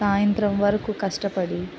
సాయంత్రం వరకు కష్టపడి